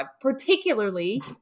particularly